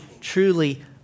truly